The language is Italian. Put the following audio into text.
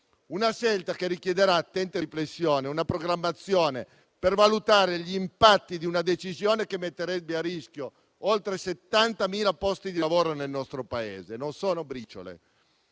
Una scelta che richiederà attente riflessioni e una programmazione per valutare gli impatti di una decisione che metterebbe a rischio oltre 70.000 posti di lavoro nel nostro Paese: non sono briciole!